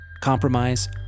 compromise